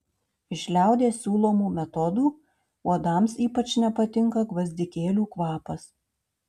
iš liaudies siūlomų metodų uodams ypač nepatinka gvazdikėlių kvapas